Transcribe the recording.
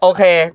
Okay